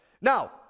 Now